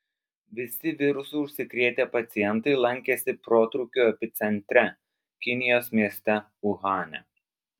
visi virusu užsikrėtę pacientai lankėsi protrūkio epicentre kinijos mieste uhane